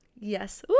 yes